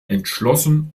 entschlossen